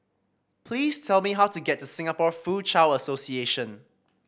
please tell me how to get to Singapore Foochow Association